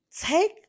Take